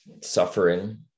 suffering